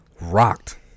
rocked